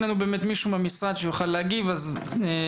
לנו פה מישהו מהמשרד שיכול באמת להגיב על זה.